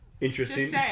Interesting